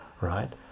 right